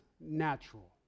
natural